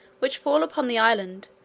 which fall upon the island,